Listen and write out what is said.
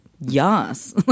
yes